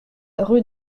rue